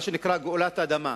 מה שנקרא "גאולת אדמה".